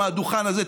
מהדוכן הזה,